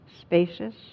spacious